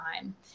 time